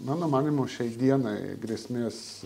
mano manymu šiai dienai grėsmės